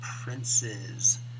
princes